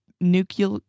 nuclear